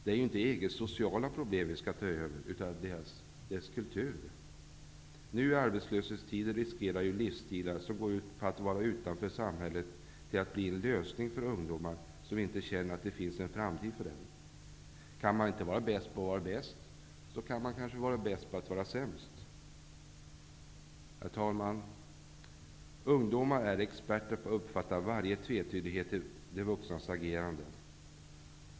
Det är ju inte EG:s sociala problem som vi skall ta över, utan dess kultur. Nu i arbetslöshetstider riskerar ju livsstilar som går ut på att vara utanför samhället att bli en lösning för ungdomar som inte känner att det finns en framtid för dem. Kan man inte vara bäst på att vara bäst, kan man kanske vara bäst på att vara sämst! Herr talman! Ungdomar är experter på att uppfatta varje tvetydighet i de vuxnas agerande.